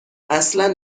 اصلا